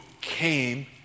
came